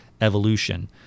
evolution